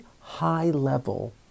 high-level